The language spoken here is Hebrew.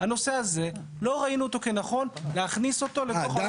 הנושא הזה לא ראינו אותו כנכון להכניס אותו לתוך --- אה,